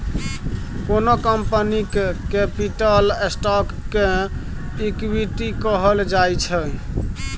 कोनो कंपनीक capital stock केँ इक्विटी कहल जाइ छै